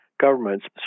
governments